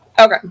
Okay